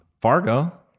Fargo